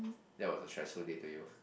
that was a stressful day to you